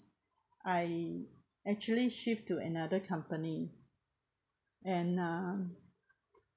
I actually shift to another company and uh